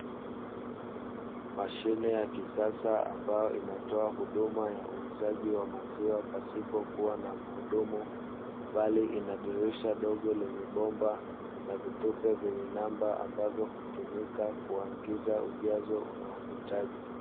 Mashine ya kisasa ambayo inatoa huduma ya uzaji wa maziwa pasipokuwa na mhudumu, bali ina dirisha dogo lenye bomba na vitufe venye namba ambavyo hutumika kuingiza ujazo unaohitaji.